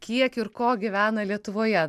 kiek ir ko gyvena lietuvoje